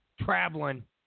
traveling